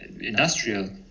industrial